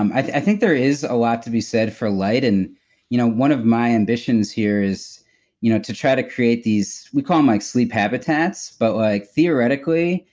i think there is a lot to be said for light and you know one of my ambitions here is you know to try to create these, we call them my sleep habitats but like theoretically,